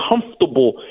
comfortable